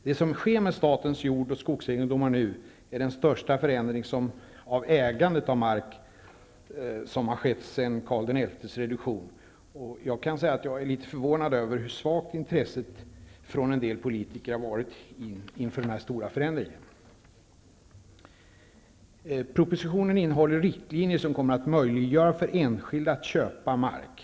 Det som nu sker med statens jord och skogsegendomar är den största förändringen av ägandet av mark sedan Karl XI:s reduktion. Jag har förvånats över hur svagt intresse en del politiker visar inför denna stora förändring. Propositionen innehåller riktlinjer som kommer att möjliggöra för enskilda att köpa mark.